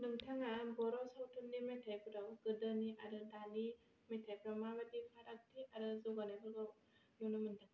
नोंथाङा बर' सावथुननि मेथायफोराव गोदोनि आरो दानि मेथायफोराव माबादि फारागथि आरो जौगानायखौ नुनो मोनदों